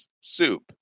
soup